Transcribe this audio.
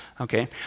Okay